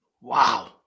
Wow